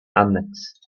annex